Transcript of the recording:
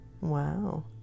Wow